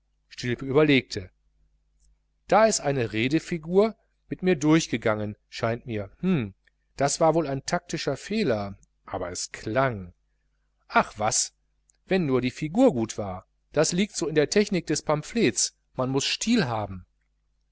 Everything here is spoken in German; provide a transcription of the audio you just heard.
stilpe überlegte da ist eine redefigur mit mir durchgegangen scheint mir hm das war wohl ein taktischer fehler aber es klang ach was wenn nur die figur gut war das liegt so in der technik des pamphlets man muß stil haben